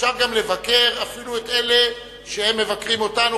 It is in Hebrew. אפשר לבקר אפילו את אלה שמבקרים אותנו,